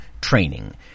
training